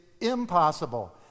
impossible